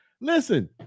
listen